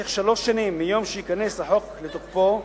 במשך שלוש שנים מיום שייכנס החוק לתוקפו,